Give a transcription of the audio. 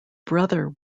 brother